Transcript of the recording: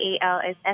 ALS